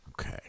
Okay